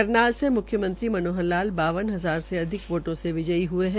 करनाल से मुख्यमंत्री मनोहर लाल बावन हजार से अधिक वोटों से विजयी हये है